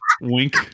wink